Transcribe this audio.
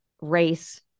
race